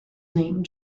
name